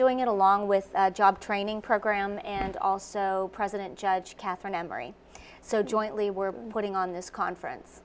doing it along with job training program and also president judge katherine emery so jointly we're putting on this conference